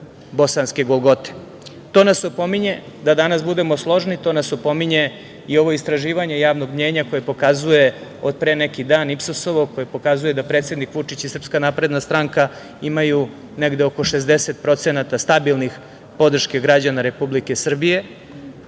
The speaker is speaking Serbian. Bosanske golgote. To nas opominje da danas budemo složni, to nas opominje i ovo istraživanje javnog mnjenja koje pokazuje od pre neki dan IPSOS-ovo, koje pokazuje da predsednik Vučić i SNS imaju negde oko 60% stabilne podrške građana Republike Srbije